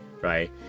right